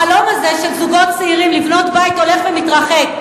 החלום הזה של זוגות צעירים לבנות בית הולך ומתרחק,